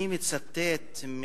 אני מצטט,